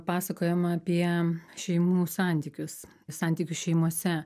pasakojama apie šeimų santykius santykius šeimose